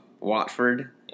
Watford